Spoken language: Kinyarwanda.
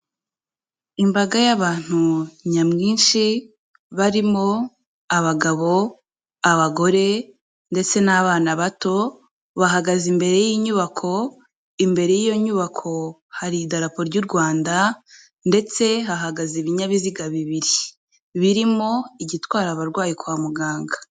Imbaga y'abantu nyamwinshi barimo abagabo, abagore ndetse n'abana bato bahagaze imbere y'inyubako, imbere y'iyo nyubako hari Idarapo ry'u Rwanda ndetse hahagaze ibinyabiziga bibiri; birimo igitwara abarwayi kwa muganga.